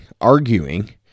arguing